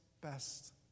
best